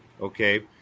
Okay